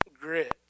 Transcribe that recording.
grit